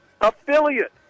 affiliate